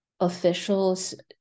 Officials